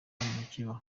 makeba